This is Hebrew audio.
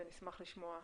נשמח לשמוע.